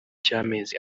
cy’amezi